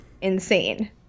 insane